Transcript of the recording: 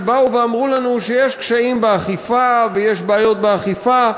שבאו ואמרו לנו שיש קשיים באכיפה ויש בעיות באכיפה,